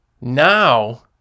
Now